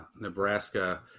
Nebraska